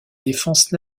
défense